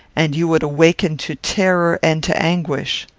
and you would awaken to terror and to anguish.